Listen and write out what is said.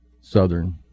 Southern